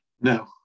No